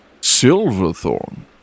Silverthorn